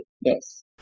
yes